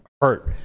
hurt